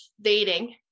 dating